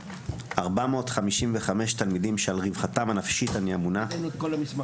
455 תלמידים שלרווחתם הנפשית אני אמונה,